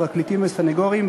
פרקליטים וסנגורים,